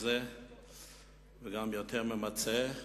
וגם להיות יותר ממצה,